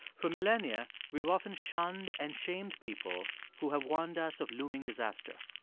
for millennia, we've often shunned and shamed people who have warned us of looming disaster.